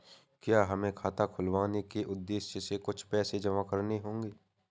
क्या हमें खाता खुलवाने के उद्देश्य से कुछ पैसे जमा करने होंगे?